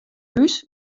hús